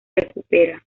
recupera